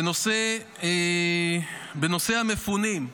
בנושא המפונים,